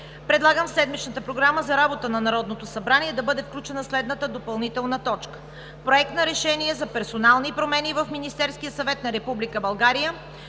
предлагам в седмичната Програма за работата на Народното събрание да бъде включена допълнителна точка – Проект на решение за персонални промени в Министерския съвет на Република България.